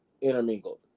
intermingled